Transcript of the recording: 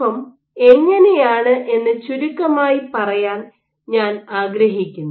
M എങ്ങനെയാണ് എന്ന് ചുരുക്കമായി പറയാൻ ഞാൻ ആഗ്രഹിക്കുന്നു